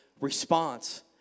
response